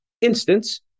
instance